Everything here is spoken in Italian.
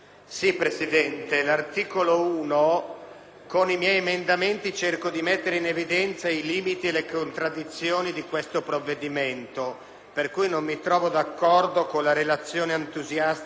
con i miei emendamenti all'articolo 1 cerco di mettere in evidenza i limiti e le contraddizioni di questo provvedimento, per cui non mi trovo d'accordo con la relazione entusiastica che il Ministro ha fatto oggi,